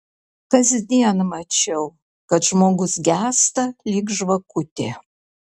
kasdien mačiau kad žmogus gęsta lyg žvakutė